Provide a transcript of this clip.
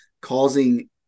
causing